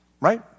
Right